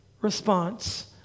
response